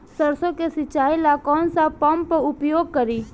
सरसो के सिंचाई ला कौन सा पंप उपयोग करी?